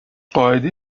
قائدی